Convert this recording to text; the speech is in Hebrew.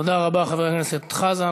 תודה רבה, חבר הכנסת חזן.